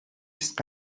است